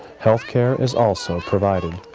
health care is also provided.